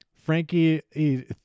Frankie